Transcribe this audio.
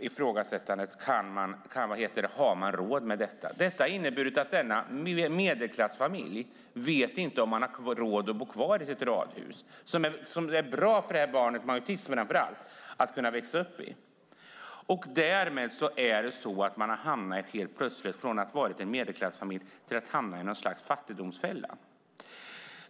ifrågasättandet är: Har man råd med detta? Detta har inneburit att denna medelklassfamilj inte vet om de har råd att bo kvar i sitt radhus, som det är bra för det här barnet med autism att växa upp i. Därmed har den här medelklassfamiljen hamnat i något slags fattigdomsfälla.